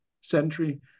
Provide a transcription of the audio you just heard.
century